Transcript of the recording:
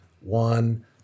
one